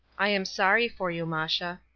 i am sorry for you, masha.